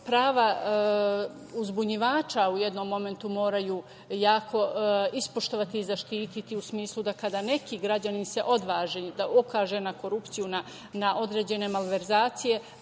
prava uzbunjivača u jednom momentu moraju jako ispoštovati i zaštiti u smislu kada neki građanin se odvaži da ukaže na korupciju, na određene malverzacije